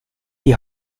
die